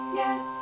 yes